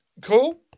cool